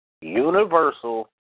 Universal